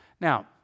now